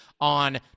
on